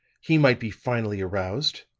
he might be finally aroused